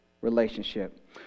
relationship